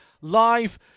Live